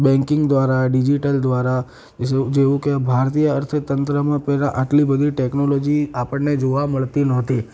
banking દ્વારા digital દ્વારા જેવું કે ભારતીય અર્થતંત્રમાં પહેલાં આટલી બધી ટેક્નોલોજી આપણને જોવા મળતી નહોતી